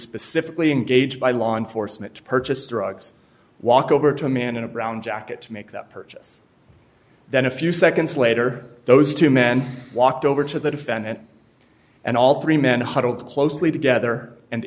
specifically engaged by law enforcement to purchase drugs walk over to a man in a brown jacket to make that purchase then a few seconds later those two men walked over to the defendant and all three men huddled closely together and